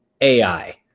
AI